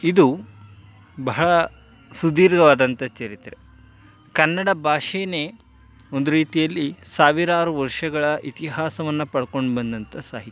ಇದು ಬಹಳ ಸುದೀರ್ಘವಾದಂತ ಚರಿತ್ರೆ ಕನ್ನಡ ಭಾಷೆಯೇ ಒಂದು ರೀತಿಯಲ್ಲಿ ಸಾವಿರಾರು ವರ್ಷಗಳ ಇತಿಹಾಸವನ್ನು ಪಡ್ಕೊಂಡುಬಂದಂತಹ ಸಾಹಿತ್ಯ